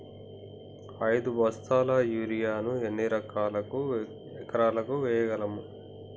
ఐదు బస్తాల యూరియా ను ఎన్ని ఎకరాలకు వేయగలము?